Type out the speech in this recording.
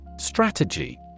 Strategy